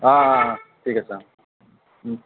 অঁ অঁ অঁ ঠিক আছে অঁ